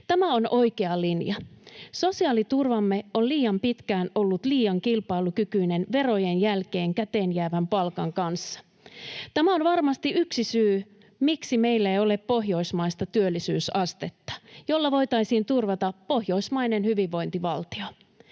Tämä on oikea linja. Sosiaaliturvamme on liian pitkään ollut liian kilpailukykyinen verojen jälkeen käteen jäävän palkan kanssa. Tämä on varmasti yksi syy, miksi meillä ei ole pohjoismaista työllisyysastetta, jolla voitaisiin turvata pohjoismainen hyvinvointivaltio.